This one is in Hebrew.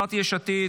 קבוצת סיעת יש עתיד,